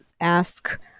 ask